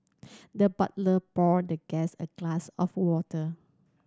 the butler poured the guest a glass of water